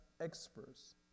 experts